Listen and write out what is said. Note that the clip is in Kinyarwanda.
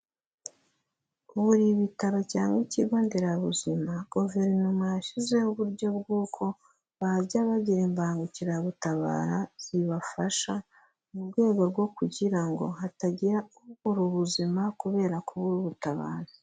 Ubu buri bitaro cyangwa ikigo nderabuzima, Guverinoma yashyizeho uburyo bw'uko bajya bagira imbangukiragutabara zibafasha, mu rwego rwo kugira ngo hatagira ubura ubuzima kubera kubura ubutabazi.